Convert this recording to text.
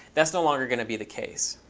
that's no longer going to be the case,